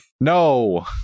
No